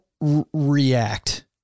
react